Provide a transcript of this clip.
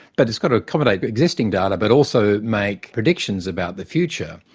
but it's got to accommodate existing data, but also make predictions about the future.